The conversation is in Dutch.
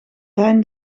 hein